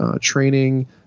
training